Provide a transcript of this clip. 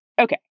Okay